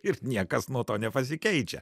ir niekas nuo to nepasikeičia